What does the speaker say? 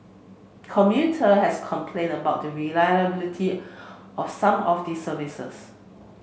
commuter has complained about the reliability of some of the services